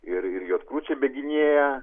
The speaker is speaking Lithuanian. ir juotkučiai bėginėja